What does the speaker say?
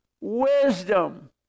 wisdom